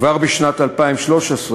כבר בשנת 2013,